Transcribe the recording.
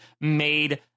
made